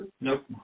Nope